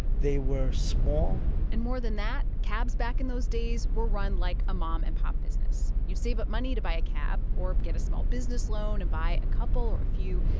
they were small and more than that, cabs back in those days were run like a mom and pop business. you'd save up money to buy a cab or get a small business loan and buy a couple or a few.